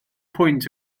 pwynt